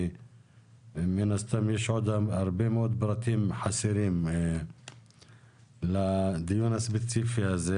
כי מן הסתם יש עוד הרבה מאוד פרטים חסרים לדיון הספציפי הזה.